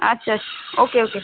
আচ্ছা ওকে ওকে